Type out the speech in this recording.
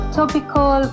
topical